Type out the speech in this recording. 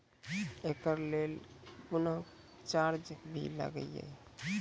एकरा लेल कुनो चार्ज भी लागैये?